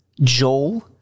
Joel